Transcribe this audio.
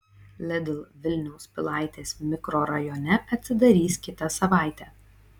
lidl vilniaus pilaitės mikrorajone atsidarys kitą savaitę